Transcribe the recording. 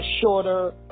shorter